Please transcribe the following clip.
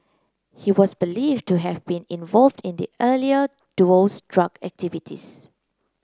he was believed to have been involved in the earlier duo's drug activities